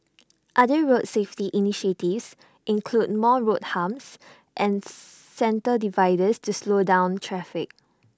other road safety initiatives include more road humps and centre dividers to slow down traffic